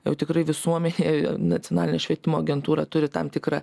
jau tikrai visuomenėj nacionalinė švietimo agentūra turi tam tikrą